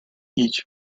each